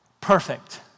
perfect